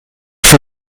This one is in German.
für